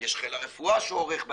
יש חיל הרפואה שעורך בעצמו,